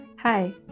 Hi